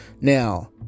Now